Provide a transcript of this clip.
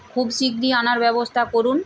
খুব শিগ্গিরি আনার ব্যবস্থা করুন